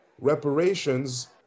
Reparations